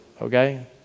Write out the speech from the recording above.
Okay